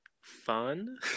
fun